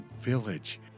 village